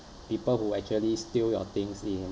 people who actually steal your things in